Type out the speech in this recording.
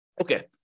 Okay